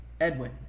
Edwin